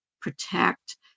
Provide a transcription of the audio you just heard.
protect